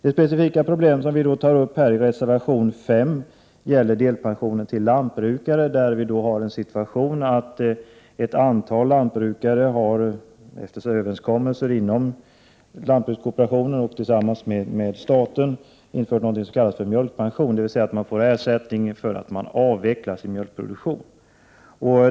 10 maj 1989 Det specifika problemet i reservation 5 gäller delpension till lantbrukare. Ett antal lantbrukare har efter överenskommelse inom lantbrukskooperationen och med staten fått s.k. mjölkpension, dvs. de får ersättning för att de avvecklar sin mjölkproduktion.